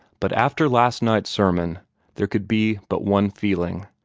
but after last night's sermon there could be but one feeling.